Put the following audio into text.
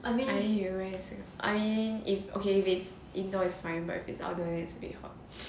!aiyo! as in I mean if okay okay indoor is fine but if it's outdoor will be a bit hot